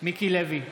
מיקי לוי,